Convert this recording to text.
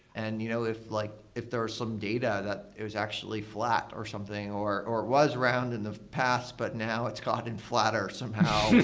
and you know if like if there are some data that it was actually flat, or something, or it was round in the past, but now it's gotten flatter somehow